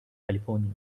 california